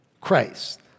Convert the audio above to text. Christ